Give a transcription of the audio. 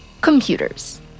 Computers